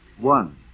One